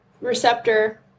receptor